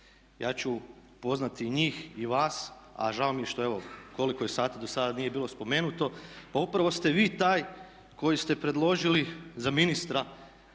Ja ću pozvati i njih i vas, a žao mi je što, koliko je sati, dosada nije bilo spomenuto, pa upravo ste vi taj koji ste predložili za ministra